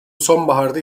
sonbaharda